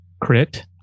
Crit